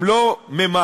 הם לא ממהרים.